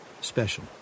special